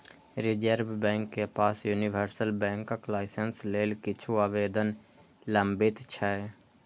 reserve bank के पास universal बैंकक लाइसेंस लेल किछु आवेदन लंबित छै